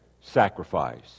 sacrifice